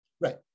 right